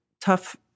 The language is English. tough